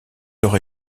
leur